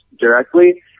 directly